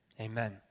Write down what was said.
Amen